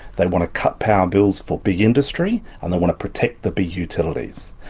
they want to cut power bills for big industry, and they want to protect the big utilities.